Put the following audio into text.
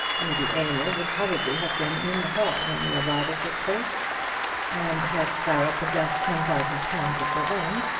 lady aylmer would probably have been in the hall when the arrival took place and had clara possessed ten thousand pounds of her own,